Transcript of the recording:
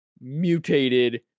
mutated